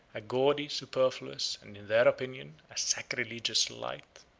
a gaudy, superfluous, and, in their opinion, a sacrilegious light.